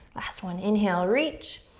last one. inhale, reach.